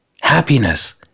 happiness